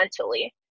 mentally